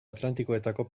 atlantikoetako